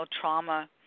trauma